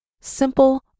Simple